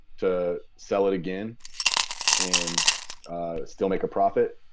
to sell it again and still make a profit.